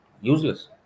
useless